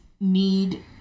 need